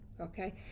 okay